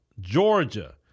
Georgia